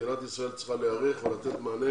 מדינת ישראל צריכה להיערך ולתת מענה